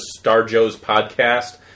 starjoespodcast